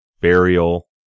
burial